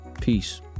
Peace